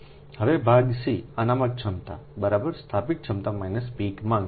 હવે ભાગ c અનામત ક્ષમતા સ્થાપિત ક્ષમતા પીક માંગ